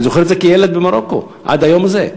אני זוכר את זה כילד במרוקו עד היום הזה.